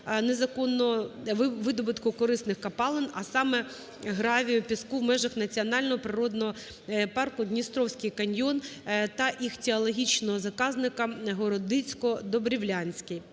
незаконного видобутку корисних копалин, а саме гравію, піску в межах національного природного парку "Дністровський каньйон" та іхтіологічного заказника "Городоцько-Добрівлянський".